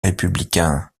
républicains